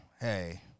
hey